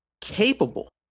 capable